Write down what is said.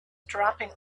dropping